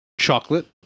Chocolate